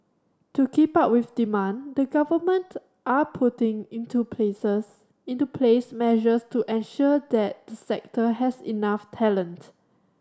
to keep up with demand the government are putting into places into place measures to ensure that the sector has enough talent